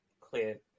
clear